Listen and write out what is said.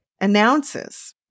announces